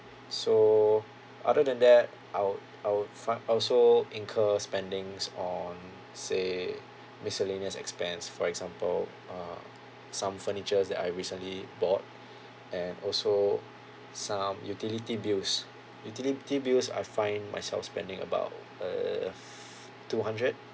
so other than that I'll I'll find also incur spendings on say miscellaneous expense for example uh some furnitures that I recently bought and also some utility bills utility bills I find myself spending about uh f~ two hundred